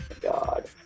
God